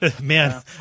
Man